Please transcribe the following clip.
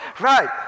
Right